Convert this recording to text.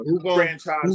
franchise